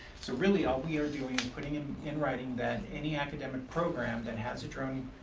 so really all we are doing is putting in in writing that any academic program that has a drone